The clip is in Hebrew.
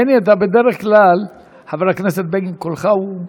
בני, אתה בדרך כלל, חבר הכנסת בני, קולך הוא,